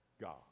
God